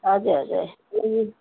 हजुर हजुर